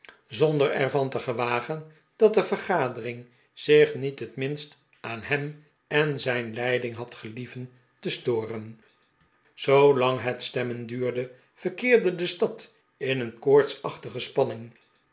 zonder er van te gewagen dat de vergadering zich niet het minst aan hem en zijn leiding had gelieven te storen zoo lang het stemmen duurde verkeerde de stad in een koortsachtige spanning